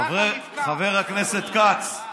חבר הכנסת כץ,